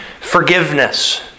forgiveness